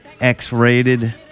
X-Rated